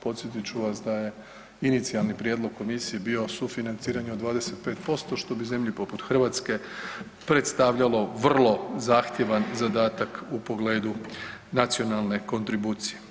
Podsjetit ću vas da je inicijalni prijedlog komisije bio sufinanciranje od 25% što bi zemlji poput Hrvatske predstavljalo vrlo zahtjevan zadatak u pogledu nacionalne kontribucije.